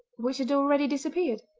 which had already disappeared.